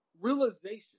realization